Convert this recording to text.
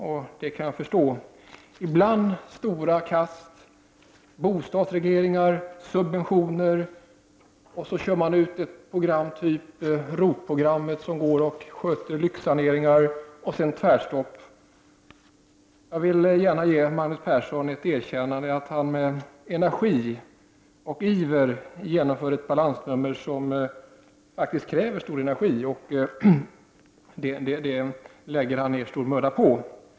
Ibland är det fråga om stora kast — bostadsregleringar, subventioner och sedan kör man så att säga ut ett program, t.ex. ROT-programmet, som innebär lyxsaneringar. Sedan blir det tvärstopp. Jag vill gärna ge Magnus Persson ett erkännande för att han med energi och iver genomför ett balansnummer som faktiskt kräver stor energi. Och det lägger han ned stor möda på.